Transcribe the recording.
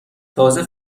تازه